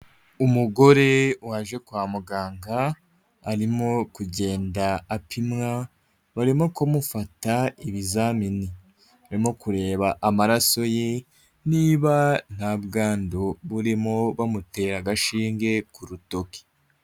umugore waje kwa muganga arimo kugenda apimwa, barimo kumufata ibizamini, barimo kureba amaraso ye niba nta bwandu burimo bamuteye agashinge ku rutoki.